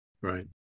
Right